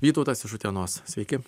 vytautas iš utenos sveiki